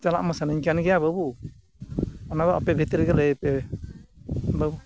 ᱪᱟᱞᱟᱜᱼᱢᱟ ᱥᱟᱱᱟᱧ ᱠᱟᱱᱜᱮᱭᱟ ᱵᱟᱹᱵᱩ ᱚᱱᱟᱫᱚ ᱟᱯᱮ ᱵᱷᱤᱛᱨᱤ ᱨᱮᱜᱮ ᱞᱟᱹᱭ ᱯᱮ ᱵᱟᱹᱵᱩ